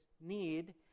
need